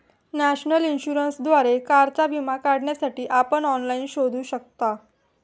national इन्शुरन्सद्वारे कारचा विमा काढण्यासाठी आपण ऑनलाइन शोधू शकता